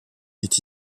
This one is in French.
est